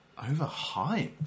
Overhyped